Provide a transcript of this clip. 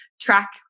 track